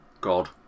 God